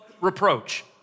reproach